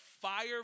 fire